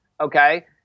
Okay